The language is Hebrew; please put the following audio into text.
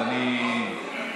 אז אני,